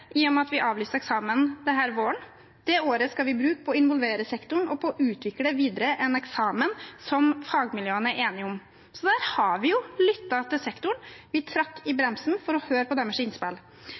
i og med at vi avlyste eksamen denne våren. Det året skal vi bruke på å involvere sektoren og utvikle videre en eksamen som fagmiljøene er enige om. Da har vi jo lyttet til sektoren, vi trakk i